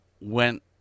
went